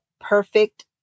perfect